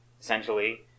essentially